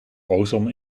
ozon